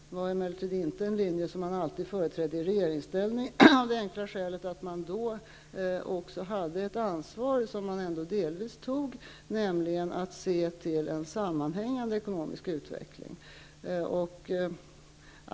Det var emellertid inte en linje som man alltid företrädde i regeringsställning, av det enkla skälet att man då också hade ett ansvar -- som man ändå delvis tog -- nämligen för att se till en sammanhängande ekonomisk utveckling.